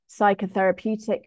psychotherapeutic